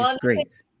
great